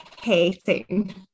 hating